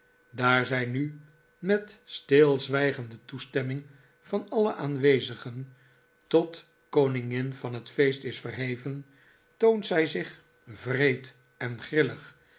daar zij nu met stilzwijgende toestemming van alle aanwezigen tot koningin van het feest is verheven toont zij zich wreed en